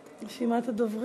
מיקי,